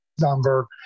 number